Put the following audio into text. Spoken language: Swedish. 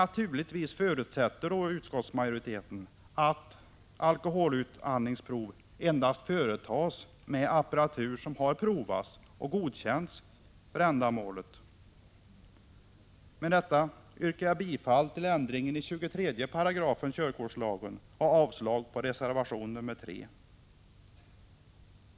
Naturligtvis förutsätter utskottsmajoriteten att alkoholutandningsprov endast företas med apparatur som har provats och godkänts för ändamålet. Med detta yrkar jag bifall till ändring i 23 § KKL och avslag på reservation nr 3.